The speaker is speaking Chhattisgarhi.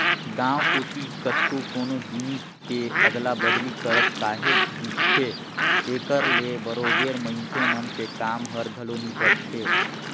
गाँव कोती कतको कोनो जिनिस के अदला बदली करत काहेच दिखथे, एकर ले बरोबेर मइनसे मन के काम हर घलो निपटथे